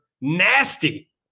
nasty